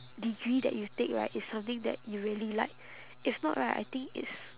degree that you take right is something that you really like if not right I think it's